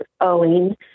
owing